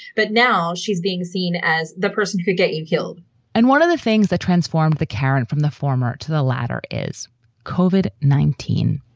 but now she's being seen as the person to get you killed and one of the things that transformed the karen from the former to the latter is covered nineteen